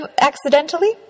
accidentally